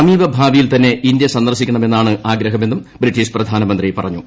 സമീപഭാവിയിൽ തന്നെ ഇൻഡ്യ സന്ദർശിക്കണമെന്നാണ് ആഗ്രഹമെന്നും ബ്രിട്ടീഷ് പ്രധാനമന്ത്രി പറഞ്ഞു